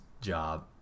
job